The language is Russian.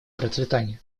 процветание